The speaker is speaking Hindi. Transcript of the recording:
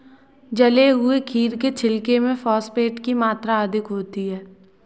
जले हुए खीरे के छिलके में फॉस्फेट की मात्रा अधिक होती है